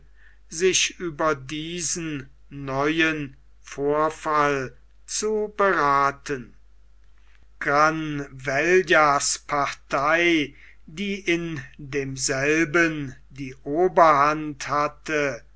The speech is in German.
sich über diesen neuen vorfall zu berathen granvellas partei die in demselben die oberhand hatte